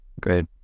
Great